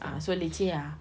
ah so leceh ah